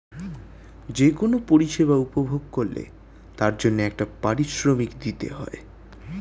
যে কোন পরিষেবা উপভোগ করলে তার জন্যে একটা পারিশ্রমিক দিতে হয়